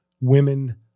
women